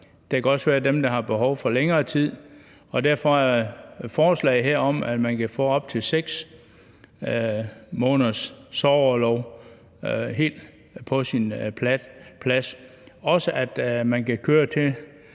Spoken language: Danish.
der kan også være dem, der har behov for længere tid – og derfor er forslaget her om, at man kan få op til 6 måneders sorgorlov helt på sin plads, og også at der er